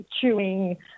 chewing